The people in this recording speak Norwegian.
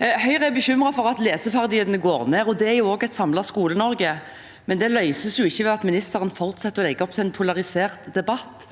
Høyre er bekymret for at leseferdighetene går ned, og det er også et samlet Skole-Norge, men det løses ikke ved at ministeren fortsetter å legge opp til en polarisert debatt.